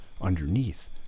underneath